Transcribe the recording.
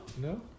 No